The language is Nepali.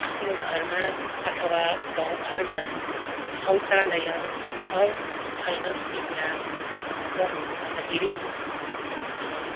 आफ्नो घरमा अथवा गाउँघरमा शौचालय छ छैन भन्ने कुरा गर्नुपर्दाखेरि